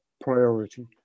priority